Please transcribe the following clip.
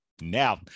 Now